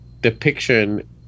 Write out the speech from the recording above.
depiction